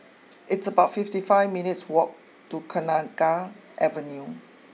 it's about fifty five minutes' walk to Kenanga Avenue